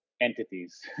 entities